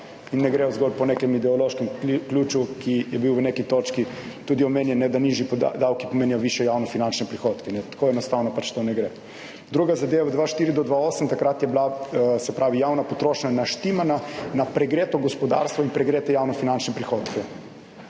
in ne gredo zgolj po nekem ideološkem ključu, ki je bil v neki točki tudi omenjen, da nižji davki pomenijo višje javnofinančne prihodke, tako enostavno pač to ne gre. Druga zadeva, 2004-2008, takrat je bila, se pravi, javna potrošnja naštimana na pregreto gospodarstvo in pregrete javnofinančne prihodke.